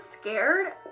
scared